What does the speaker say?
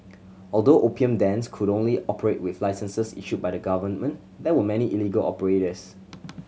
although opium dens could only operate with licenses issued by the government there were many illegal operators